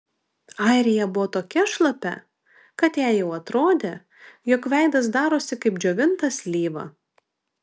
arija buvo tokia šlapia kad jai jau atrodė jog veidas darosi kaip džiovinta slyva